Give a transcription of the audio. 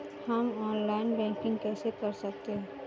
हम online banking कैसे कर सकते हैं?